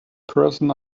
person